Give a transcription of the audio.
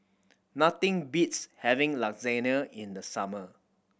nothing beats having Lasagne in the summer